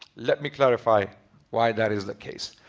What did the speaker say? let me clarify why that is the case.